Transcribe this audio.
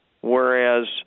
whereas